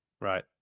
Right